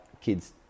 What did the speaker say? kids